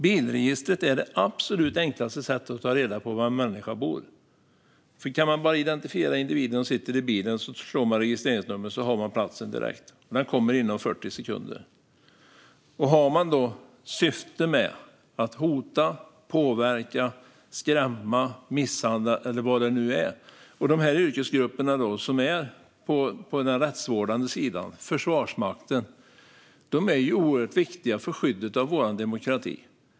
Bilregistret är det absolut enklaste sättet att ta reda på var en människa bor. Kan man bara identifiera den individ som sitter i bilen behöver man sedan bara slå på registreringsnumret, och så har man platsen direkt. Den kommer inom 40 sekunder - och då kan syftet alltså vara att hota, påverka, skrämma, misshandla eller vad det nu är. Yrkesgrupperna på den rättsvårdande sidan och inom Försvarsmakten är oerhört viktiga för skyddet av vår demokrati.